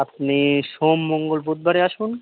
আপনি সোম মঙ্গল বুধবারে আসুন